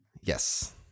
Yes